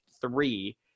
three